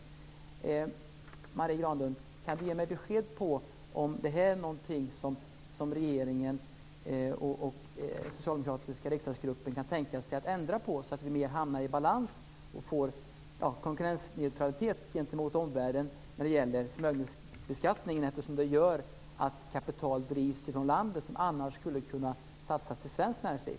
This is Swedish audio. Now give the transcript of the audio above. Kan Marie Granlund ge mig besked om huruvida det här är någonting som regeringen och den socialdemokratiska riksdagsgruppen kan tänka sig att ändra på, så att vi hamnar mer i balans och får konkurrensneutralitet gentemot omvärlden när det gäller förmögenhetsbeskattningen. Detta gör ju att kapital drivs ifrån landet som annars skulle kunna satsas i svenskt näringsliv.